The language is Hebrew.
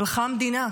הלכה המדינה.